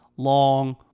long